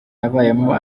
yabayemo